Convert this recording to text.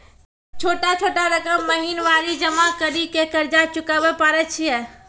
छोटा छोटा रकम महीनवारी जमा करि के कर्जा चुकाबै परए छियै?